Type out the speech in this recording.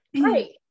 Right